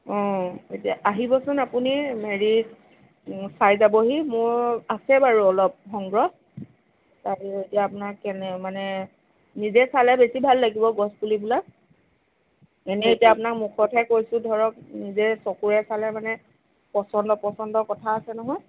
এতিয়া আহিবচোন আপুনি হেৰি চাই যাবহি মোৰ আছে বাৰু অলপ সংগ্ৰহ তাৰে যদি আপোনাৰ কেনে মানে নিজে চালে বেচি ভাল লাগিব গছ পুলি বিলাক এনে এতিয়া আপোনাক মুখতহে কৈছোঁ ধৰক নিজে চকুৰে চালে মানে পচন্দ অপচন্দৰ কথা আছে নহয়